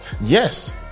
yes